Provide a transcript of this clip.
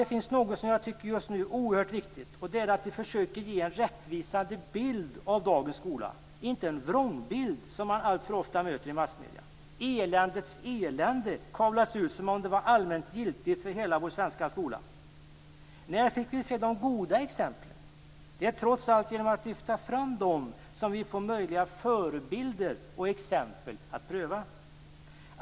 Det finns något som jag tycker är oerhört viktigt just nu, och det är att vi försöker ge en rättvisande bild av dagens skola - inte den vrångbild som man alltför ofta möter i massmedierna. Eländes elände kablas ut som om det var allmänt giltigt för hela vår svenska skola. När fick vi se de goda exemplen? Det är trots allt genom att lyfta fram dem som vi får möjliga förebilder och exempel att pröva.